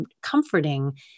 comforting